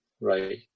right